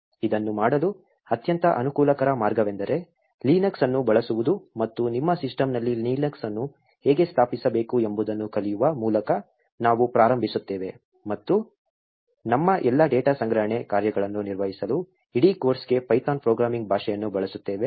ಇದನ್ನು ಮಾಡಲು ಅತ್ಯಂತ ಅನುಕೂಲಕರ ಮಾರ್ಗವೆಂದರೆ ಲಿನಕ್ಸ್ ಅನ್ನು ಬಳಸುವುದು ಮತ್ತು ನಿಮ್ಮ ಸಿಸ್ಟಂನಲ್ಲಿ ಲಿನಕ್ಸ್ ಅನ್ನು ಹೇಗೆ ಸ್ಥಾಪಿಸಬೇಕು ಎಂಬುದನ್ನು ಕಲಿಯುವ ಮೂಲಕ ನಾವು ಪ್ರಾರಂಭಿಸುತ್ತೇವೆ ಮತ್ತು ನಮ್ಮ ಎಲ್ಲಾ ಡೇಟಾ ಸಂಗ್ರಹಣೆ ಕಾರ್ಯಗಳನ್ನು ನಿರ್ವಹಿಸಲು ಇಡೀ ಕೋರ್ಸ್ಗೆ ಪೈಥಾನ್ ಪ್ರೋಗ್ರಾಮಿಂಗ್ ಭಾಷೆಯನ್ನು ಬಳಸುತ್ತೇವೆ